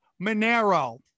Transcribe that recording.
Monero